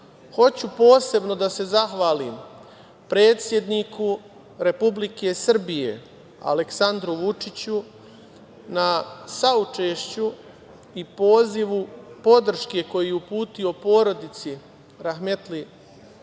posebno da se zahvalim predsedniku Republike Srbije, Aleksandru Vučiću na saučešću i pozivu podrške koju je uputio porodici rahmetli